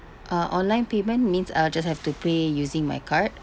uh online payment means I'll just have to pay using my card